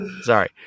sorry